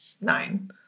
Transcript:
nine